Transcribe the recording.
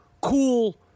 cool